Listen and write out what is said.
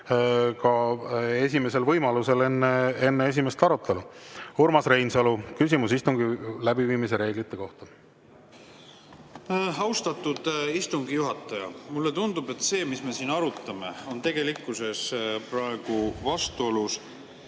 esimesel võimalusel enne esimest arutelu. Urmas Reinsalu, küsimus istungi läbiviimise reeglite kohta. Austatud istungi juhataja! Mulle tundub, et see, mis me siin arutame, on praegu vastuolus